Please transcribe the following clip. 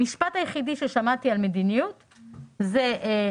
המשפט היחידי ששמעתי על מדיניות הוא מה